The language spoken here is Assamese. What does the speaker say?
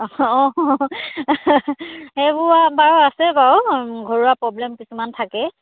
অঁ সেইবোৰ বাৰু আছে বাৰু ঘৰুৱা প্ৰব্লেম কিছুমান থাকেই